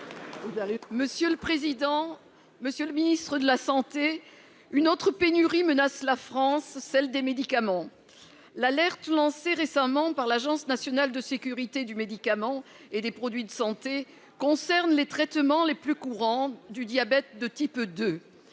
et Territoires. Monsieur le ministre de la santé, une autre pénurie menace la France : celle des médicaments. L'alerte lancée récemment à ce sujet par l'Agence nationale de sécurité du médicament et des produits de santé concerne les traitements les plus courants du diabète de type 2,